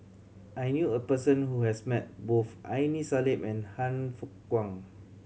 I knew a person who has met both Aini Salim and Han Fook Kwang